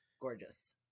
Gorgeous